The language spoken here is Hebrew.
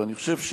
ואני חושב,